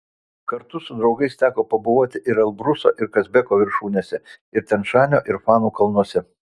kartu su draugais teko pabuvoti ir elbruso ir kazbeko viršūnėse ir tian šanio ir fanų kalnuose